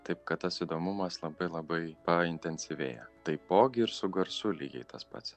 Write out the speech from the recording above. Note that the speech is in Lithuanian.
taip kad tas įdomumas labai labai paintensyvėja taipogi ir su garsu lygiai tas pats